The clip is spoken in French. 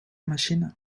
machine